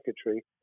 secretary